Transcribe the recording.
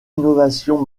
innovations